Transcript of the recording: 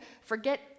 forget